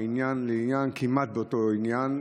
מעניין לעניין כמעט באותו עניין.